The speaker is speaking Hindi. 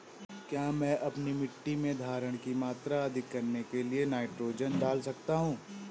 क्या मैं अपनी मिट्टी में धारण की मात्रा अधिक करने के लिए नाइट्रोजन डाल सकता हूँ?